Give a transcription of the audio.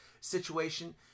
situation